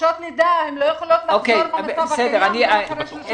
והן לא יכולות לחזור במצב הקיים אחרי שלושה חודשים.